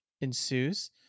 ensues